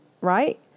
right